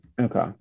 Okay